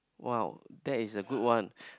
!wow! that is the good one